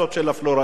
של הפלואוריד.